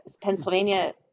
pennsylvania